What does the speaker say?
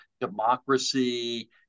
democracy